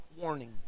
warning